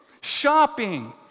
shopping